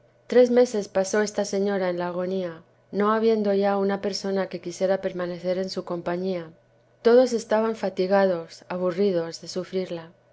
tres meses pasó esta señora en la agonía no habiendo ya una persona que quisiera permanecer en su compañía todos estaban fatigados aburridos de sufrirla